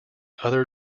other